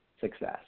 success